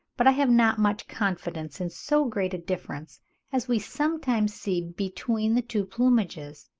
but i have not much confidence in so great a difference as we sometimes see between the two plumages,